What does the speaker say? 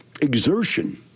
exertion